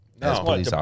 No